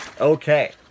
okay